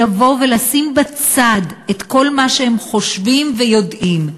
לבוא ולשים בצד את כל מה שהם חושבים ויודעים,